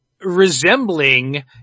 resembling